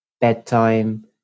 bedtime